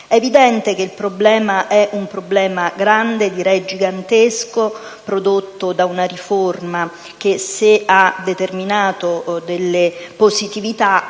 È evidente che il problema è grande, direi gigantesco, prodotto da una riforma che, se ha determinato delle positività,